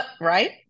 Right